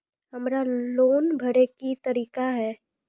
हमरा लोन भरे के की तरीका है?